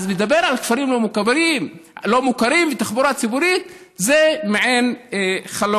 אז לדבר על הכפרים הלא-מוכרים ועל תחבורה ציבורית זה מעין חלום.